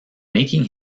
making